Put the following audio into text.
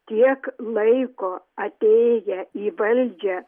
tiek laiko atėję į valdžią